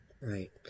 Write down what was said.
Right